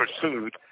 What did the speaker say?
pursued